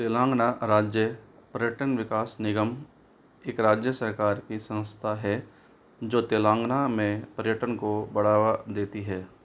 तेलंगाना राज्य पर्यटन विकास निगम एक राज्य सरकार की संस्था है जो तेलंगाना में पर्यटन को बढ़ावा देती है